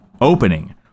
opening